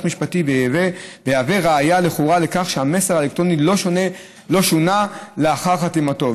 משפטי ויהווה ראיה לכאורה לכך שהמסר האלקטרוני לא שונה לאחר חתימתו,